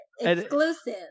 exclusive